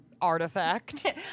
artifact